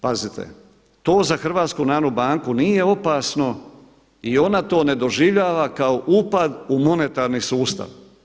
Pazite, to za HNB nije opasno i ona to ne doživljava kao upad u monetarni sustav.